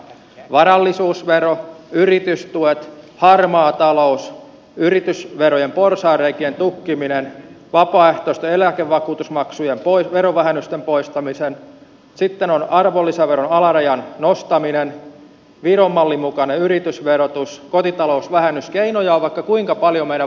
varallisuusvero yritystuet harmaa talous yritysverojen porsaanreikien tukkiminen vapaaehtoisten eläkevakuutusmaksujen verovähennysten poistaminen sitten on arvonlisäveron alarajan nostaminen viron mallin mukainen yritysverotus kotitalousvähennys keinoja on vaikka kuinka paljon meidän vaihtoehtobudjetissamme